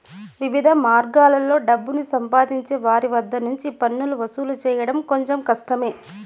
వివిధ మార్గాల్లో డబ్బుని సంపాదించే వారి వద్ద నుంచి పన్నులను వసూలు చేయడం కొంచెం కష్టమే